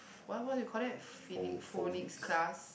what what do you call that phoni~ phonics class